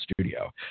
Studio